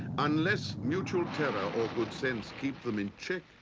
unless mutual terror or good sense keep them in check,